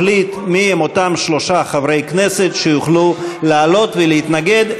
אחליט מי הם אותם שלושה חברי כנסת שיוכלו לעלות ולהתנגד.